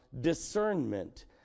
discernment